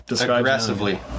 Aggressively